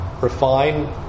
refine